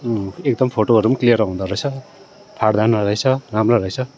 अँ एकदम फोटोहरू पनि क्लियर आउँदो रहेछ फाट्दैन रहेस राम्रो रहेछ